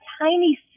tiny